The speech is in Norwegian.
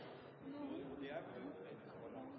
men det er et